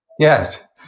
Yes